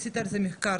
עשית על זה מחקר,